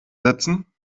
setzen